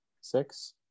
six